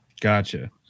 Gotcha